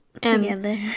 Together